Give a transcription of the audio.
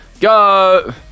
go